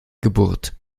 geburt